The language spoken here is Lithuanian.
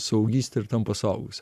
suaugystę ir tampa suaugusiu